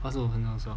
二十五分钟的时候